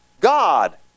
God